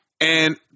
And-